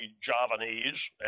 Javanese